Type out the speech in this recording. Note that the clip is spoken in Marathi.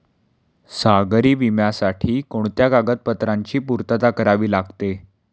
सागरी विम्यासाठी कोणत्या कागदपत्रांची पूर्तता करावी लागते?